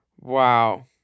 Wow